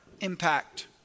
impact